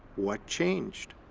what changed?